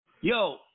Yo